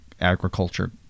agriculture